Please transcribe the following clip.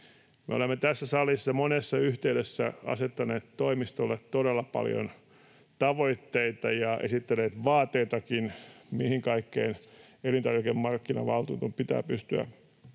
Me olemme tässä salissa monessa yhteydessä asettaneet toimistolle todella paljon tavoitteita ja esittäneet vaateitakin, mihin kaikkeen elintarvikemarkkinavaltuutetun pitää pystyä